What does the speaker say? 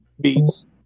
Beats